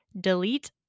delete